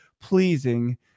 pleasing